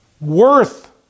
worth